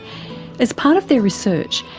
as part of their research,